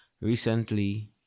recently